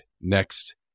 next